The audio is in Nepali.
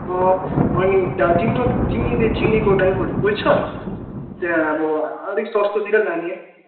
अनि दा तिम्रो तिमीले चिनेको ड्राइभरहरू कोही छ त्यहाँ अब अलिक सस्तोतिर लाने